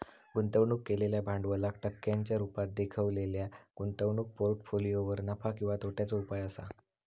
गुंतवणूक केलेल्या भांडवलाक टक्क्यांच्या रुपात देखवलेल्या गुंतवणूक पोर्ट्फोलियोवर नफा किंवा तोट्याचो उपाय असा